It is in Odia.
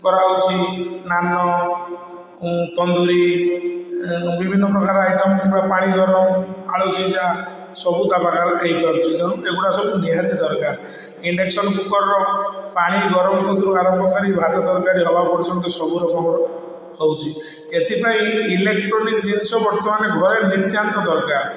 କରାହଉଛି ନାନ ତନ୍ଦୁରୀ ବିଭିନ୍ନ ପ୍ରକାର ର ଆଇଟମ କିମ୍ବା ପାଣି ଗରମ ଆଳୁ ସିଝା ସବୁ ତାପାଖେରେ ହେଇପାରୁଛି ତେଣୁ ଏଗୁଡ଼ା ସବୁ ନିହାତି ଦରକାର ଇଣ୍ଡକ୍ସନକୁକରର ପାଣି ଗରମ କତିରୁ ଆରମ୍ଭ କରି ଭାତ ତରକାରୀ ହବା ପର୍ଯ୍ୟନ୍ତ ସବୁ ରକମର ହଉଛି ଏଥିପାଇଁ ଇଲେକଟ୍ରୋନିକ ଜିନିଷ ବର୍ତ୍ତମାନ ଘରେ ନିତ୍ୟାନ୍ତ ଦରକାର